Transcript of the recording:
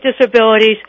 disabilities